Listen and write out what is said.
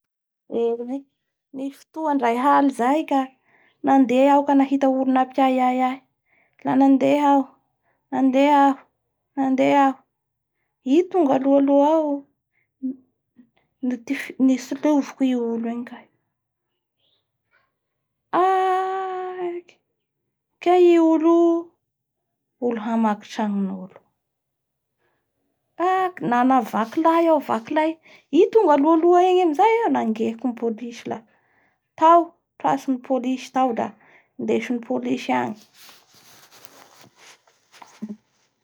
Ndraiky aly zay ka nahita olo mampiahiahy tanantin'ny trano tao i rabe mpiamby igny da ny nanaovany azy la avy da nangeky i police q. Nitonga teo amizay police igny kaiky ny anakiny avao kay io.